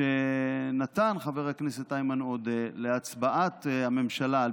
שנתן חבר הכנסת איימן עודה להצבעת הממשלה על